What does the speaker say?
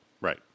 Right